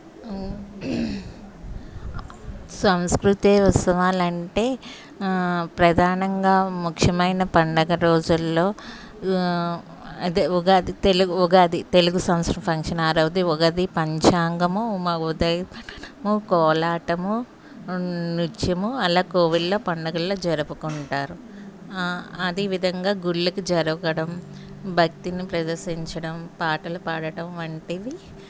సంస్కృతి ఉత్సవాలంటే ప్రధానంగా ముఖ్యమైన పండుగ రోజులలో అదే ఉగాది తెలుగు ఉగాది తెలుగు సంవత్సరం ఫంక్షన్ ఆ రోజు తెలుగు ఉగాది పంచాంగము మాహోదయ పఠనము కోలాటము నృత్యము అలా కోవెలలో పండుగలు జరుపుకుంటారు అదే విధంగా గుళ్ళకి జరగడం భక్తిని ప్రదర్శించడం పాటలు పాడటం వంటివి